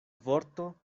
vorto